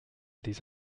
these